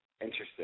Interesting